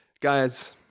Guys